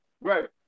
right